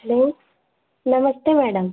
hello नमस्ते madam